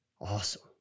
Awesome